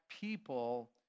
people